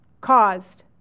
caused